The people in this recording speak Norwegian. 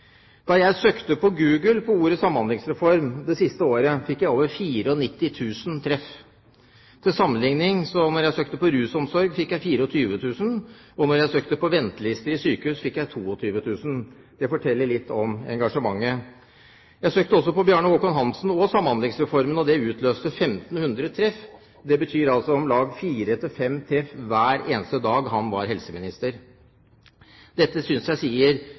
Da jeg søkte på Google på ordet «samhandlingsreformen» det siste året, fikk jeg over 94 000 treff. Til sammenligning fikk jeg 24 000 treff da jeg søkte på «rusomsorg», og da jeg søkte på «ventelister i sykehus», fikk jeg 22 000 treff. Det forteller litt om engasjementet. Jeg søkte også på «Bjarne Håkon Hanssen og samhandlingsreformen», og det utløste 1 500 treff, noe som betyr om lag fire-fem treff hver eneste dag han var helseminister. Dette synes jeg sier